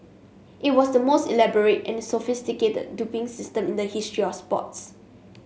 it was the most elaborate and sophisticated doping system in the history or sports